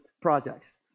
projects